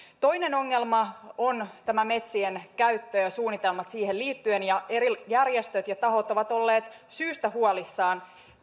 toinen ongelma on tämä metsien käyttö ja suunnitelmat siihen liittyen eri järjestöt ja tahot ovat olleet syystä huolissaan